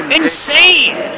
insane